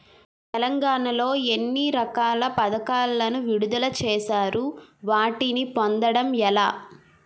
తెలంగాణ లో ఎన్ని రకాల పథకాలను విడుదల చేశారు? వాటిని పొందడం ఎలా?